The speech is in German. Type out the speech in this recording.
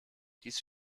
dies